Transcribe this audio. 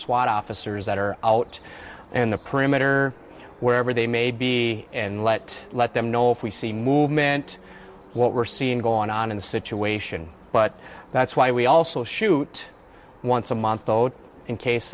swat officers that are out in the perimeter wherever they may be and let let them know if we see movement what we're seeing going on in the situation but that's why we also shoot once a month both in case